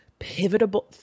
pivotal